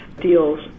deals